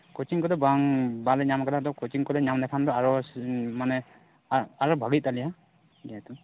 coaching ᱠᱚᱫᱚ ᱵᱟᱝ ᱵᱟᱞᱮ ᱧᱟᱢ ᱟᱠᱟᱫᱟ ᱛᱳ ᱠᱳᱪᱤᱝ ᱠᱚᱞᱮ ᱧᱟᱢ ᱞᱮᱠᱷᱟᱱ ᱫᱚ ᱟᱨ ᱢᱟᱱᱮ ᱟᱨᱚ ᱟᱨᱚ ᱵᱷᱟᱜᱮᱜ ᱛᱟᱞᱮᱭᱟ